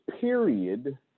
period